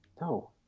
No